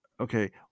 Okay